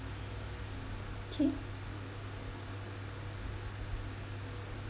K